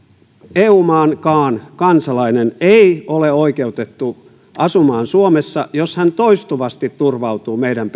eu maankaan kansalainen ei ole oikeutettu asumaan suomessa jos hän toistuvasti turvautuu meidän